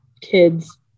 kids